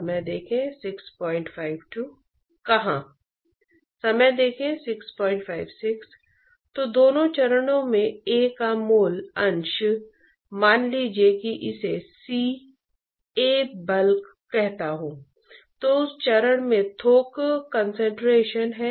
हम दिखाएंगे कि 3 अलग अलग ट्रांसपोर्ट प्रक्रियाएं हैं जो मोमेंटम हीट और बड़े पैमाने पर ट्रांसपोर्ट हैं